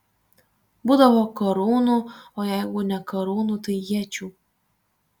būdavo karūnų o jeigu ne karūnų tai iečių